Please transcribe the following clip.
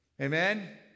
Amen